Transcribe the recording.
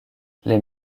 les